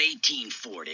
1840